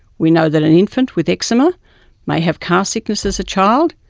we know that an infant with eczema may have car sickness as a child,